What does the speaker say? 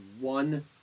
one